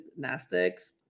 gymnastics